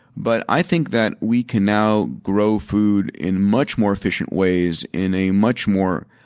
but i think that we can now grow food in much more efficient ways, in a much more